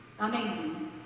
Amazing